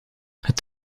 het